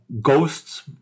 ghosts